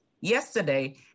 yesterday